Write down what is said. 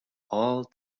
all